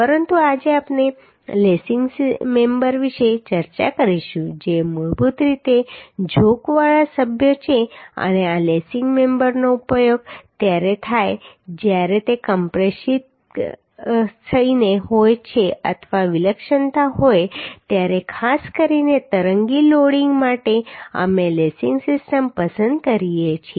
પરંતુ આજે આપણે લેસિંગ મેમ્બર વિશે ચર્ચા કરીશું જે મૂળભૂત રીતે ઝોકવાળા સભ્યો છે અને આ લેસિંગ મેમ્બરનો ઉપયોગ ત્યારે થાય છે જ્યારે કોમ્પ્રેસીવ લોડ્સ કામ કરતા હોય અથવા વિલક્ષણતા હોય ત્યારે ખાસ કરીને તરંગી લોડિંગ માટે અમે લેસિંગ સિસ્ટમ પસંદ કરીએ છીએ